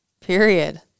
Period